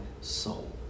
soul